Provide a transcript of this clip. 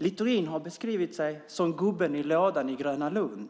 Littorin har beskrivit sig som gubben i lådan på Gröna Lund,